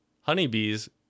honeybees